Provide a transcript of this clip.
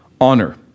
honor